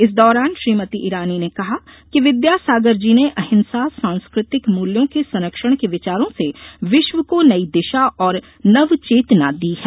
इस दौरान श्रीमती ईरानी ने कहा कि विद्या सागर जी ने अहिंसा सांस्कृतिक मूल्यों के संरक्षण के विचारों से विश्व को नई दिशा और नव चेतना दी है